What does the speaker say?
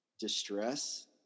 distress